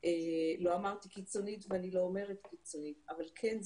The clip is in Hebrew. - לא אמרתי קיצונית ואני לא אומרת קיצונית אבל כן,